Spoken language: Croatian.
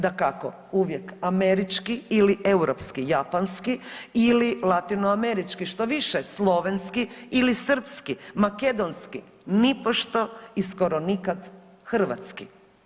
Dakako uvijek američki ili europski, japanski ili latinoamerički što više slovenski ili srpski, makedonski nipošto ili skoro nikad Hrvatski.